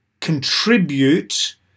contribute